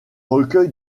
recueil